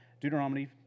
Deuteronomy